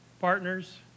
partners